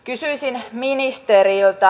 kysyisin ministeriltä